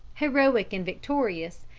heroic and victorious,